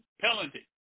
penalty